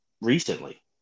recently